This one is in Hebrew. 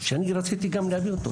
שאני רציתי גם להביא אותו,